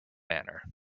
manor